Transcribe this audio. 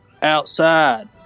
Outside